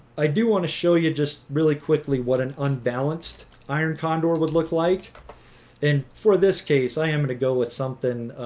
i do want to show you just really quickly what an unbalanced iron condor would look like and for this case i am and go with something